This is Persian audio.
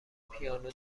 پیانو